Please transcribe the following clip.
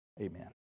amen